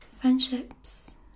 friendships